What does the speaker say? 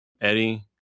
Eddie